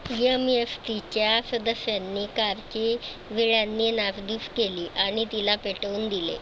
M S टीच्या सदस्यांनी कारची विळ्यांनी नासधूस केली आणि तिला पेटवून दिले